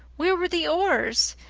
where were the oars?